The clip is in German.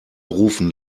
rufen